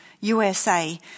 USA